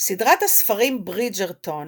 סדרת הספרים בריג'רטון